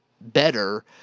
better